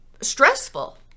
stressful